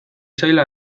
zaila